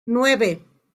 nueve